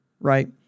right